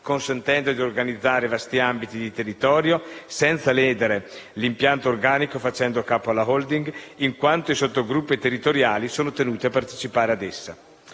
consentendo di organizzare vasti ambiti di territorio senza ledere l'impianto organico facente capo alla *holding*, in quanto i sottogruppi territoriali sono tenuti a partecipare ad essa.